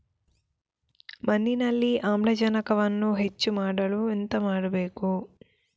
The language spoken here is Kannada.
ಮಣ್ಣಿನಲ್ಲಿ ಆಮ್ಲಜನಕವನ್ನು ಹೆಚ್ಚು ಮಾಡಲು ಎಂತ ಮಾಡಬೇಕು?